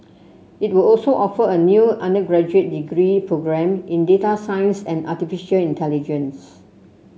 it will also offer a new undergraduate degree programme in data science and artificial intelligence